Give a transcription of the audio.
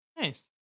Nice